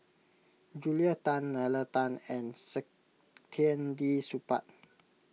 Julia Tan Nalla Tan and Saktiandi Supaat